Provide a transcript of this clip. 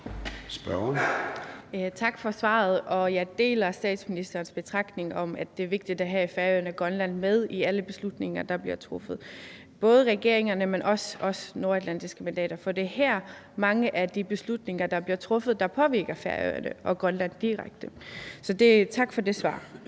Tak for svaret. Jeg deler statsministerens betragtning om, at det er vigtigt at have Færøerne og Grønland med i alle beslutninger, der bliver truffet. Det gælder både regeringerne, men også os nordatlantiske mandater, for det er her, mange af de beslutninger, der påvirker Færøerne og Grønland direkte, bliver truffet. Så tak for det svar.